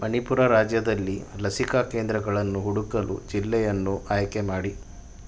ಮಣಿಪುರ ರಾಜ್ಯದಲ್ಲಿ ಲಸಿಕಾ ಕೇಂದ್ರಗಳನ್ನು ಹುಡುಕಲು ಜಿಲ್ಲೆಯನ್ನು ಆಯ್ಕೆ ಮಾಡಿ